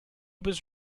was